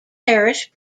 parish